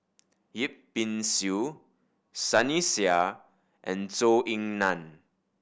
Yip Pin Xiu Sunny Sia and Zhou Ying Nan